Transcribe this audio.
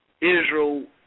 Israel